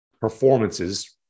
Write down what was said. performances